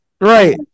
Right